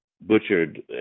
butchered